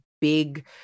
big